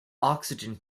oxygen